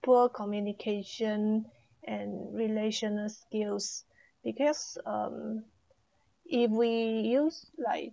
poor communication and relational skills because um if we use like